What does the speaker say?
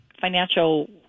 Financial